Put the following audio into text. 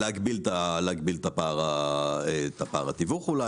להגדיל את פער התיווך אולי.